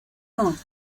son